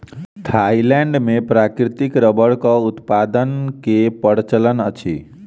Thailand मे प्राकृतिक रबड़क उत्पादन के प्रचलन अछि